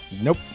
Nope